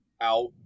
out